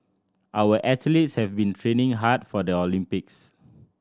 our athletes have been training hard for the Olympics